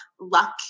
luck